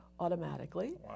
automatically